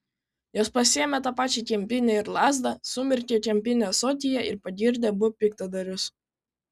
jos pasiėmė tą pačią kempinę ir lazdą sumirkė kempinę ąsotyje ir pagirdė abu piktadarius